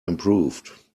improved